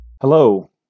Hello